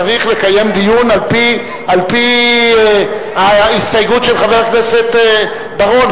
צריך לקיים דיון על-פי ההסתייגות של חבר הכנסת בר-און,